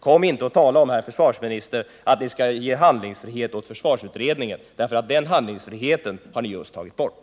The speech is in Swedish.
Kom inte, herr försvarsminister, och tala om att vi skall ge handlingsfrihet åt försvarsutredningen! Den handlingsfriheten har ni just tagit bort.